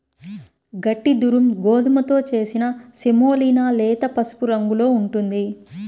గట్టి దురుమ్ గోధుమతో చేసిన సెమోలినా లేత పసుపు రంగులో ఉంటుంది